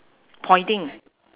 pointing